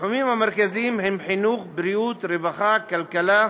התחומים המרכזיים הם חינוך, בריאות, רווחה, כלכלה,